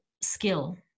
skill